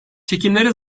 çekimlere